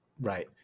Right